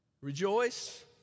Rejoice